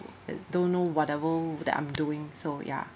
is don't know whatever that I'm doing so ya